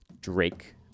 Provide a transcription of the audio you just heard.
Drake